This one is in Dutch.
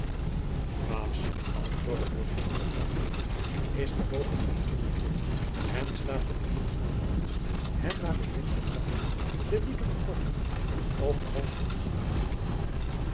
dwaas antwoordde eugenio halfluid is de vogel niet in den knip en staat het niet aan ons hem naar bevind van zaken de wieken te korten of den hals om te draaien